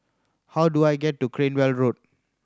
how do I get to Cranwell Road